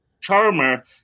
Charmer